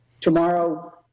Tomorrow